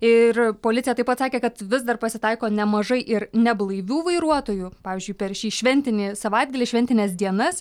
ir policija taip pat sakė kad vis dar pasitaiko nemažai ir neblaivių vairuotojų pavyzdžiui per šį šventinį savaitgalį šventines dienas